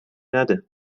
نده